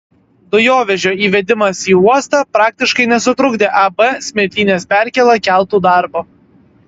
dujovežio įvedimas į uostą praktiškai nesutrukdė ab smiltynės perkėla keltų darbo